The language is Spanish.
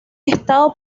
estado